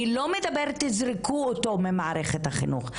אני לא מדברת תזרקו אותו ממערכת החינוך.